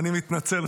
ואני מתנצל,